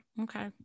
okay